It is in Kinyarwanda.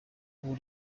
ubu